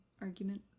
argument